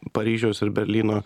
paryžiaus ir berlyno